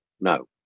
No